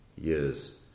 years